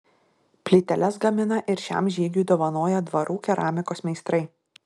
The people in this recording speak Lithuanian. plyteles gamina ir šiam žygiui dovanoja dvarų keramikos meistrai